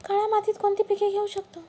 काळ्या मातीत कोणती पिके घेऊ शकतो?